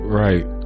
right